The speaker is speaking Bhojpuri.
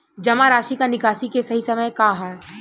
जमा राशि क निकासी के सही समय का ह?